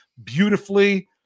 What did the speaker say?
beautifully